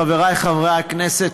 חבריי חברי הכנסת,